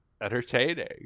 entertaining